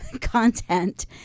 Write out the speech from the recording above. content